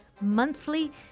monthly